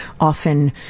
often